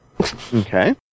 Okay